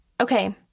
Okay